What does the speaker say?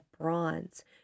bronze